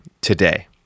today